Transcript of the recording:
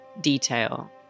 detail